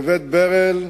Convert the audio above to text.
בבית-ברל,